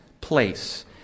place